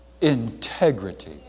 Integrity